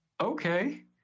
Okay